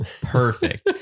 perfect